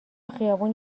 خیابون